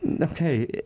Okay